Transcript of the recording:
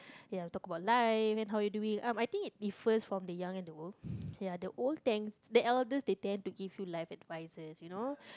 ya we talk about life and how you doing uh I think it differs from the young and the old ya the old the elders they tend to give you life advice you know